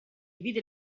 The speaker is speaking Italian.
vide